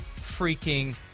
freaking